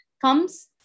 comes